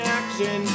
action